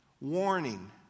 warning